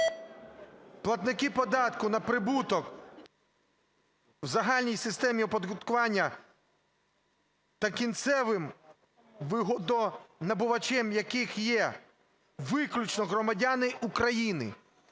платники податку на прибуток у загальній системі оподаткування та кінцевим вигодонабувачем яких є виключно громадяни України".